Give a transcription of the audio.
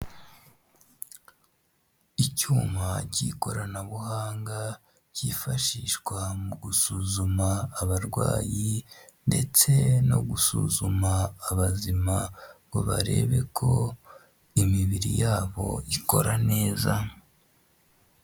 Icyuma cy'ikoranabuhanga cyifashishwa mu gusuzuma abarwayi ndetse no gusuzuma abazima ngo barebe ko imibiri yabo ikora neza.